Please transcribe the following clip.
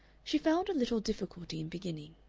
she found a little difficulty in beginning.